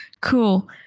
cool